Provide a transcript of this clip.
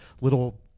little